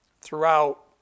throughout